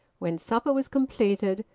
when supper was completed,